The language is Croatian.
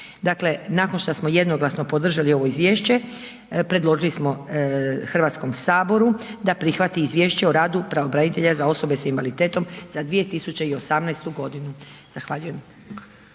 Dakle, nakon šta smo jednoglasno podržali ovo izvješće predložili smo Hrvatskom saboru da prihvati izvješće o radu pravobranitelja za osobe s invaliditetom za 2018. godinu. Zahvaljujem.